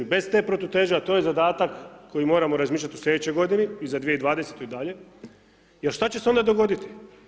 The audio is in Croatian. I bez te protuteže, a to je zadatak koji moramo razmišljati u sljedećoj godini, i za 2020., i dalje, jer šta će se onda dogoditi?